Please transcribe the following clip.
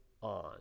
on